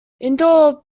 indoor